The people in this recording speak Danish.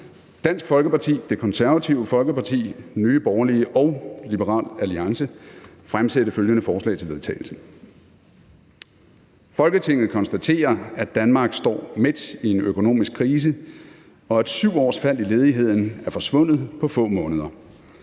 Dansk Folkeparti, Det Konservative Folkeparti, Nye Borgerlige og Liberal Alliance fremsætte følgende: Forslag til vedtagelse »Folketinget konstaterer, at Danmark står midt i en økonomisk krise, og at 7 års fald i ledigheden er forsvundet på få måneder.